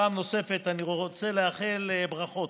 פעם נוספת אני רוצה לאחל ברכות